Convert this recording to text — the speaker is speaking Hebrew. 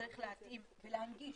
צריך להתאים ולהנגיש,